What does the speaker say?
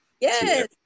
Yes